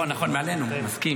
נכון, נכון, מעלינו, אני מסכים.